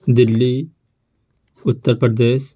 Delhi Uttar Pradesh